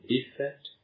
effect